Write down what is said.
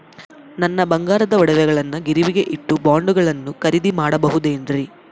ನನ್ನ ಬಂಗಾರದ ಒಡವೆಗಳನ್ನ ಗಿರಿವಿಗೆ ಇಟ್ಟು ಬಾಂಡುಗಳನ್ನ ಖರೇದಿ ಮಾಡಬಹುದೇನ್ರಿ?